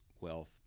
wealth